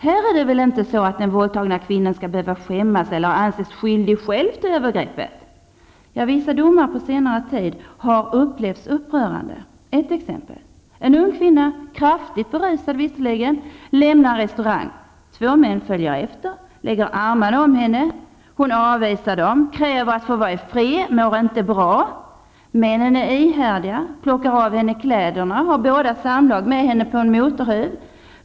Här är det väl inte så att den våldtagna kvinnan behöver skämmas eller själv anses skyldig till övergreppet? Vissa domar på senare tid har upplevts upprörande. Ett exempel: En ung kvinna, kraftigt berusad visserligen, lämnar en retaurang. Två män följer efter, lägger armarna om henne. Hon avvisar dem, kräver att få vara i fred, mår inte bra. Männen är ihärdiga, plockar av henne kläderna, har båda samlag med henne på en motorhuv.